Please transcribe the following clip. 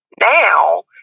now